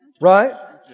Right